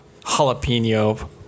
Jalapeno